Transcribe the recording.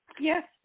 Yes